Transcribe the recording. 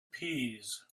peas